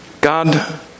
God